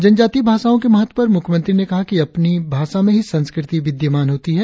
जनजातीय भाषाओं के महत्व पर मुख्यमंत्री ने कहा कि अपनी भाषा में ही संस्कृति विद्यमान होती है